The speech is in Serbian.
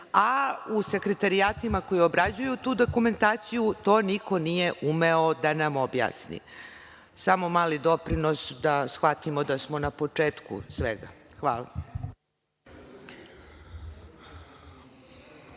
a u sekretarijatima koji obrađuju tu dokumentaciju to niko nije umeo da nam objasni. Samo mali doprinos da shvatimo da smo na početku svega. Hvala.